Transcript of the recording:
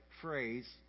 phrase